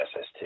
SST